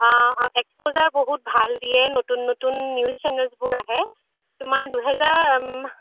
exposure বহুত ভাল দিয়ে নতুন নতুন নিউজ চেনেলচবোৰ আহে তোমাৰ দুহেজাৰ